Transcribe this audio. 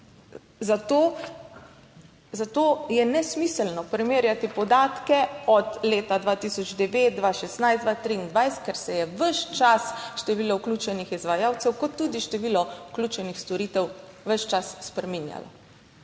zato je nesmiselno primerjati podatke od leta 2009, 2016, 2023, jer se je ves čas število vključenih izvajalcev kot tudi število vključenih storitev ves čas spreminjalo.